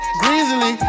greasily